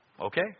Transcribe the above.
Okay